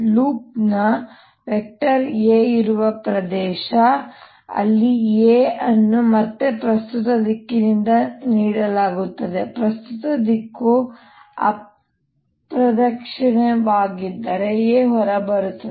loop ನ A ಇರುವ ಪ್ರದೇಶ ಅಲ್ಲಿ A ಅನ್ನು ಮತ್ತೆ ಪ್ರಸ್ತುತ ದಿಕ್ಕಿನಿಂದ ನೀಡಲಾಗುತ್ತದೆ ಪ್ರಸ್ತುತ ದಿಕ್ಕು ಅಪ್ರದಕ್ಷಿಣಾಕಾರವಾಗಿದ್ದರೆ A ಹೊರಬರುತ್ತದೆ